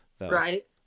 right